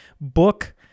Book